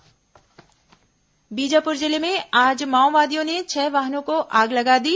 बीजापुर आगजनी बीजापुर जिले में आज माओवादियों ने छह वाहनों को आग लगा दी